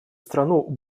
страну